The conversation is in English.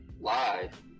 live